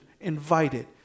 invited